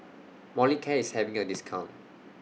Molicare IS having A discount